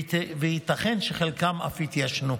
וייתכן שחלקן אף יתיישנו.